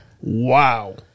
Wow